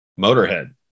Motorhead